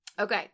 Okay